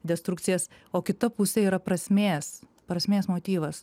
destrukcijas o kita pusė yra prasmės prasmės motyvas